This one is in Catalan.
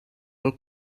pel